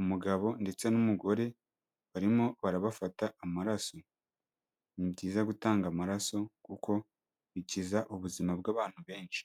umugabo ndetse n'umugore barimo barabafata amaraso, ni byiza gutanga amaraso kuko bikiza ubuzima bw'abantu benshi.